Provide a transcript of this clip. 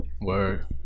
Word